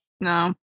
no